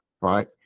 right